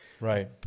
right